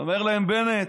אומר לכם בנט: